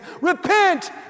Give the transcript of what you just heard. repent